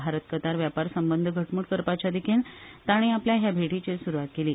Bharat Qatar वेपार संबंध घटमुट करपाच्या दिखेन ताणी आपल्या ह्या भेटीची सुरवात केली